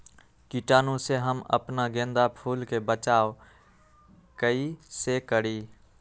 कीटाणु से हम अपना गेंदा फूल के बचाओ कई से करी?